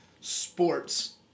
sports